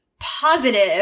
positive